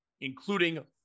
including